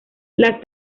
las